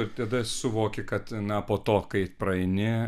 ir tada suvoki kad na po to kai praeini